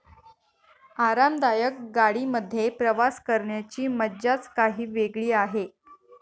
आरामदायक गाडी मध्ये प्रवास करण्याची मज्जाच काही वेगळी आहे